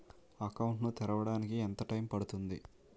Account ను తెరవడానికి ఎంత టైమ్ పడుతుంది?